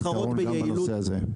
נותנת פתרון גם בנושא הזה.